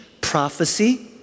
prophecy